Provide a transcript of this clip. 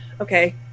okay